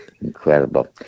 Incredible